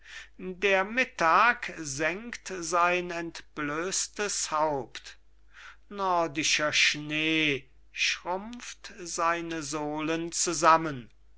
der mittag sengt sein entblößtes haupt nordischer schnee schrumpft seine sohlen zusammen